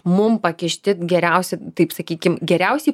mum pakišti geriausi taip sakykim geriausiai